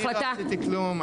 לא, אני לא עשיתי כלום.